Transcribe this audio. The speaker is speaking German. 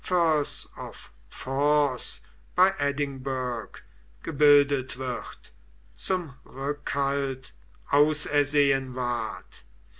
bei edinburgh gebildet wird zum rückhalt ausersehen ward